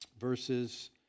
verses